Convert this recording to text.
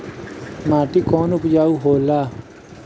माटी कौन उपजाऊ होला?